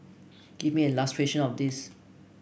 give me an illustration of this